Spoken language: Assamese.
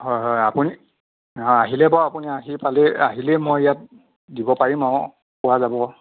হয় হয় আপুনি আহিলেই বাৰু আহি পালেই আহিলেই মই ইয়াত দিব পাৰিম আৰু পৰা যাব